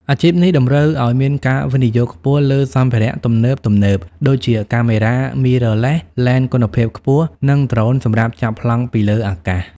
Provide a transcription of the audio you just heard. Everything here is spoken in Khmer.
អាជីពនេះតម្រូវឱ្យមានការវិនិយោគខ្ពស់លើសម្ភារៈទំនើបៗដូចជា កាមេរ៉ា Mirrorless ឡេនគុណភាពខ្ពស់ និងដ្រូនសម្រាប់ចាប់ប្លង់ពីលើអាកាស។